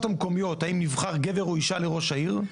המקומיות האם נבחר גבר או אישה לראש העיר,